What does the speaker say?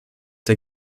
der